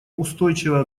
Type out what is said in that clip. устойчивая